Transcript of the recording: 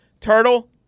turtle